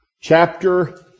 Chapter